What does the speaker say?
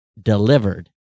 delivered